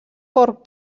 porc